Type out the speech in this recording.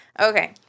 Okay